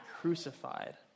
crucified